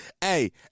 Hey